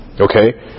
okay